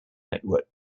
network